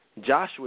Joshua